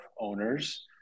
owners